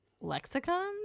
lexicon